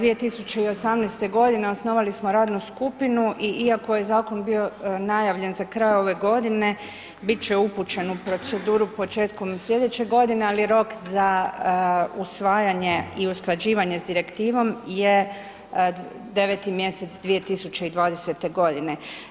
2018. godine osnovali smo radnu skupinu i iako je zakon bio najavljen za kraj ove godine biti će upućen u proceduru početkom slj. godine ali rok za usvajanje i usklađivanje sa direktivom je 9.mj 2020. godine.